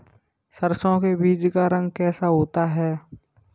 सरसों के बीज का रंग कैसा होता है?